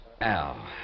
Al